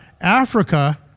Africa